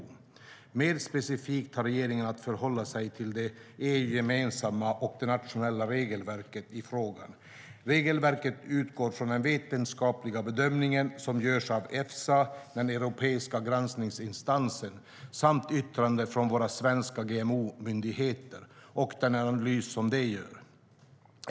Mer specifikt har regeringen att förhålla sig till det EU-gemensamma och det nationella regelverket i frågan. Regelverket utgår från den vetenskapliga bedömning som görs av Efsa, den europeiska granskningsinstansen, samt yttrande från våra svenska GMO-myndigheter och den analys som de gör.